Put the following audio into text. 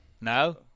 No